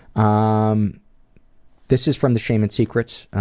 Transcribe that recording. um this is from the shame and secrets,